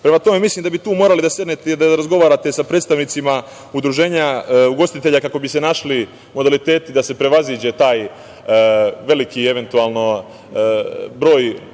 tome, mislim da bi tu morali da sednete i da razgovarate sa predstavnicima Udruženja ugostitelja kako bi se našli modaliteti da se prevaziđe taj veliki, eventualni, broj